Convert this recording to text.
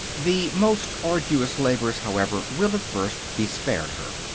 the most arduous labors, however, will at first be spared her.